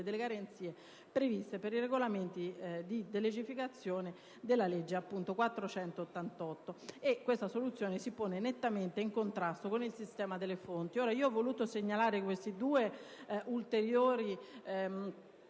delle garanzie previste per i regolamenti di delegificazione dalla legge n. 400 del 1988. Questa soluzione si pone nettamente in contrasto con il sistema delle fonti. Ho voluto intanto segnalare questi due ulteriori